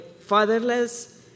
fatherless